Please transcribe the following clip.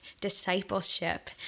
discipleship